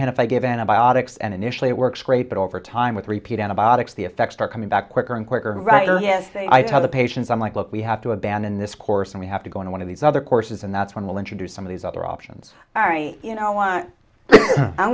hand if i give antibiotics and initially it works great but over time with repeat antibiotics the effects are coming back quicker and quicker and writer of the patients i'm like look we have to abandon this course and we have to go into one of these other courses and that's when we'll introduce some of these other options you know want i'm